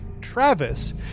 Travis